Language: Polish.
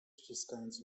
ściskając